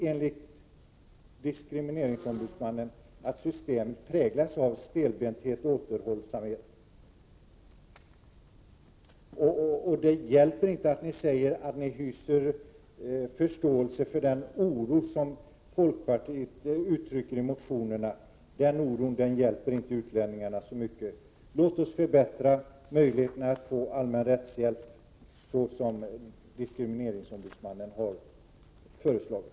Enligt diskrimineringsombudsmannen präglas systemet av stelbenthet och återhållsamhet. Det hjälper inte att ni säger att ni hyser förståelse för den oro som folkpartiet uttrycker i motionerna. Den oron hjälper inte utlänningarna så mycket. Låt oss förbättra möjligheterna att få allmän rättshjälp såsom diskrimineringsombudsmannen har föreslagit.